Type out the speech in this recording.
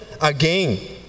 again